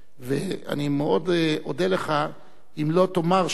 אני מאוד אודה לך אם לא תאמר שאנחנו לובי,